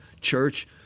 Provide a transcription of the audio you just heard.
church